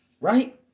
Right